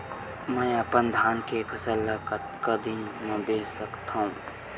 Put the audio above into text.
मैं अपन धान के फसल ल कतका दिन म बेच सकथो?